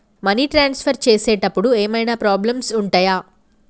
Money transfer చేసేటప్పుడు ఏమైనా problems ఉంటయా?